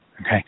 Okay